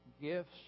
gifts